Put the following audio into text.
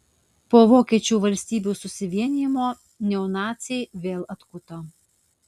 po vokiečių valstybių susivienijimo neonaciai vėl atkuto